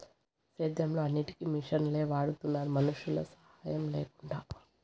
సేద్యంలో అన్నిటికీ మిషనులే వాడుతున్నారు మనుషుల సాహాయం లేకుండా